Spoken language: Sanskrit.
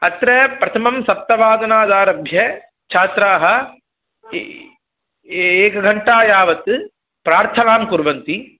अत्र प्रथमं सप्तवादनादारभ्य छात्राः ए एक घण्टायावत् प्रार्थनां कुर्वन्ति